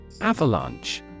Avalanche